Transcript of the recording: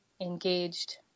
engaged